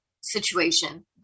situation